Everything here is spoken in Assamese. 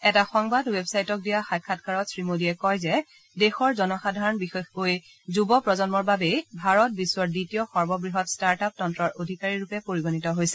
এটা সংবাদ ৱেবছাইটক দিয়া সাক্ষাৎকাৰত শ্ৰীমোডীয়ে কয় যে দেশৰ জনসাধাৰণ বিশেষকৈ যুৱ প্ৰজন্মৰ বাবেই ভাৰত বিশ্বৰ দ্বিতীয় সৰ্ববৃহৎ ষ্টাৰ্টআপ তন্ত্ৰৰ অধিকাৰীৰূপে পৰিগণিত হৈছে